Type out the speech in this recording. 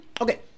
okay